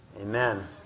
Amen